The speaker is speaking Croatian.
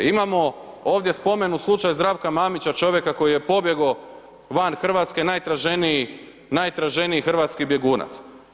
Imamo, ovdje spomen u slučaju Zdravka Mamića, čovjeka koji je pobjegao van Hrvatske, najtraženiji hrvatski bjegunac.